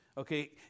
Okay